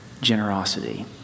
generosity